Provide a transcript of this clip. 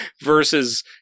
versus